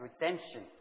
redemption